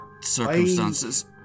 circumstances